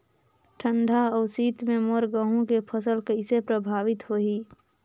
ठंडा अउ शीत मे मोर गहूं के फसल कइसे प्रभावित होही?